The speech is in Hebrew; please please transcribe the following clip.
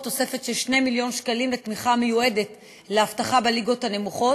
תוספת של 2 מיליון שקלים לתמיכה מיועדת לאבטחה בליגות הנמוכות,